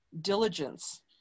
diligence